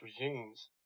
regimes